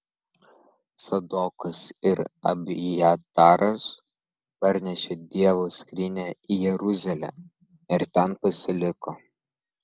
cadokas ir abjataras parnešė dievo skrynią į jeruzalę ir ten pasiliko